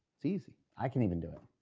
it's easy. i can even do it